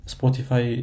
Spotify